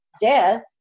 death